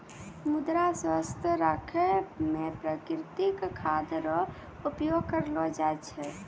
मृदा स्वास्थ्य राखै मे प्रकृतिक खाद रो उपयोग करलो जाय छै